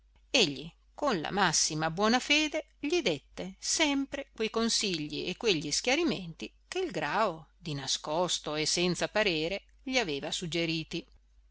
egli con la massima buona fede gli dette sempre quei consigli e quegli schiarimenti che il grao di nascosto e senza parere gli aveva suggeriti